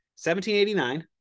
1789